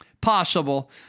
possible